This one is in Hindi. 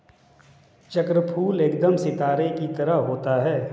चक्रफूल एकदम सितारे की तरह होता है